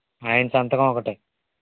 ఆయన సంతకం ఒకటి